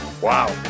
Wow